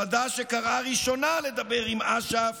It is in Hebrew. חד"ש שקראה ראשונה לדבר עם אש"ף